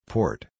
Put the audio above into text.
Port